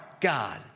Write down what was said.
God